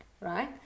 right